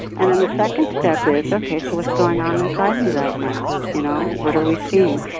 and then the second step is, okay, so what's going on inside me right now? you know what are we seeing?